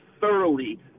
thoroughly